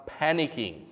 panicking